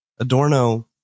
Adorno